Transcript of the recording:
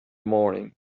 morning